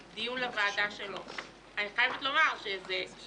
אני סוגר כשאני לא רואה שום -- יש